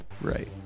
right